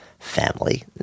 Family